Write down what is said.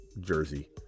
jersey